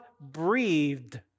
breathed